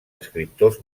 escriptors